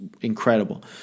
incredible